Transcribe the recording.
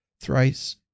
thrice